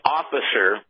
officer